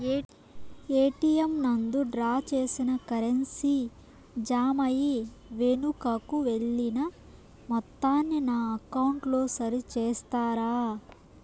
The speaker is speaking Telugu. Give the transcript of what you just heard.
ఎ.టి.ఎం నందు డ్రా చేసిన కరెన్సీ జామ అయి వెనుకకు వెళ్లిన మొత్తాన్ని నా అకౌంట్ లో సరి చేస్తారా?